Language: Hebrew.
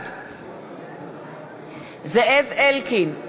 בעד זאב אלקין,